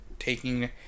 Taking